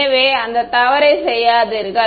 எனவே அந்த தவறை செய்யாதீர்கள்